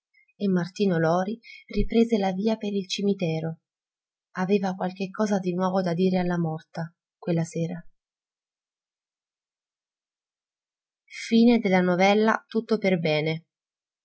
e martino lori riprese la via per il cimitero aveva qualche cosa di nuovo da dire alla morta quella sera fin